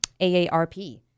AARP